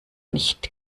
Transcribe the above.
nicht